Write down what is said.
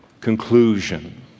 conclusion